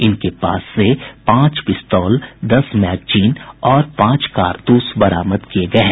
इनके पास से पांच पिस्तौल दस मैगजीन और पांच कारतूस बरामद किये गये हैं